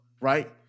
right